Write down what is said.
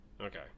Okay